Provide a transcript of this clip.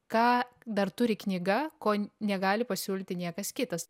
ką dar turi knyga ko negali pasiūlyti niekas kitas